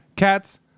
Cats